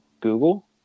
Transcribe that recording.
Google